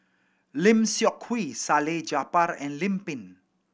Lim Seok Hui Salleh Japar and Lim Pin